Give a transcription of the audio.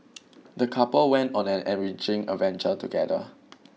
the couple went on an enriching adventure together